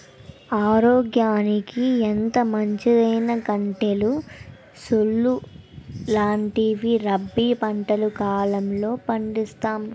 ఆరోగ్యానికి ఎంతో మంచిదైనా గంటెలు, సోలు లాంటివి రబీ పంటల కాలంలో పండిస్తాం